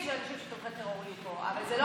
פשוט ההסכם הקואליציוני לא מדבר על שני הצדדים.